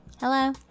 Hello